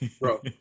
bro